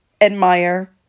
admire